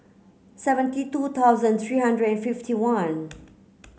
seventy two thousand three hundred and fifty one